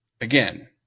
Again